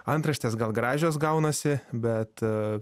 antraštės gal gražios gaunasi bet